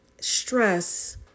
stress